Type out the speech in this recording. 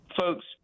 Folks